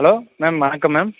hello ma'am வணக்கம் ma'am